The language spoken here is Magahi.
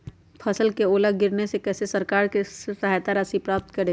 फसल का ओला गिरने से कैसे सरकार से सहायता राशि प्राप्त करें?